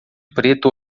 preto